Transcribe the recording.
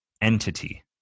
entity